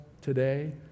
today